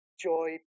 joy